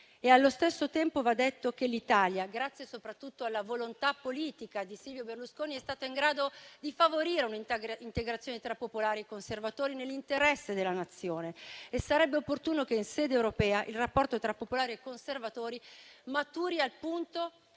Allo stesso tempo va detto che l'Italia, grazie soprattutto alla volontà politica di Silvio Berlusconi, è stata in grado di favorire un'integrazione tra popolari e conservatori nell'interesse della Nazione e sarebbe opportuno che in sede europea il rapporto tra popolari e conservatori maturasse al punto